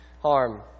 harm